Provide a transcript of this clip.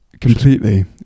Completely